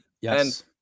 yes